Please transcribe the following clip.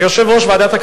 כבוד שר החינוך,